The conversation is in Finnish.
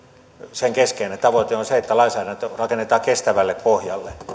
sen keskeinen tavoite on se että lainsäädäntö rakennetaan kestävälle pohjalle